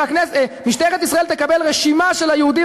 משטרת ישראל תקבל רשימה של היהודים